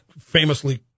Famously